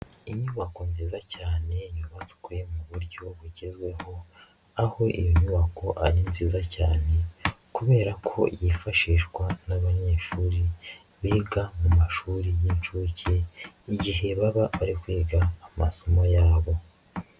Inyubako nziza cyane yubatswe mu buryo bugezweho aho iyo nyubako ari nziza cyane, kubera ko yifashishwa n'abanyeshuri biga mu mashuri y'inshuke igihe baba bari kwiga amasomo yabo.